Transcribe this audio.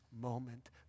moment